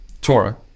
Torah